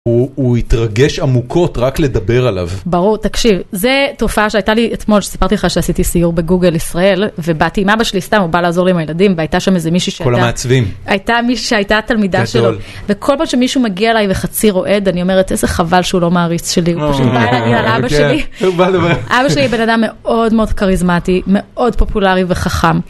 הוא התרגש עמוקות רק לדבר עליו. ברור, תקשיב, זו תופעה שהייתה לי אתמול שסיפרתי לך שעשיתי סיור בגוגל ישראל, ובאתי עם אבא שלי סתם, הוא בא לעזור לי עם הילדים, והייתה שם איזה מישהי שהייתה תלמידה שלו, וכל פעם שמישהו מגיע אליי וחצי רועד, אני אומרת איזה חבל שהוא לא מעריץ שלי, הוא פשוט בא אליי על אבא שלי. אבא שלי הוא בן אדם מאוד מאוד קריזמטי, מאוד פופולרי וחכם.